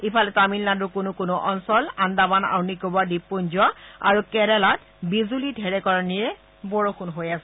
ইফালে তামিলনাডুৰ কোনো কোনো অঞ্চল আন্দমান আৰু নিকোবৰ দ্বীপপুঞ্জ আৰু কেৰালাত বিজুলী ঢেৰেকণিৰে বৰষুণ হৈ আছে